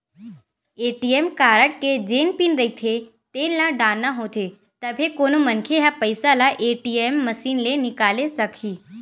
ATM card के जेन pin रहिथे तेन ल डालना होथे तभे कोनो मनखे ह पइसा ल ए.टी.एम मसीन ले निकाले सकही